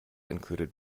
included